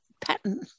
pattern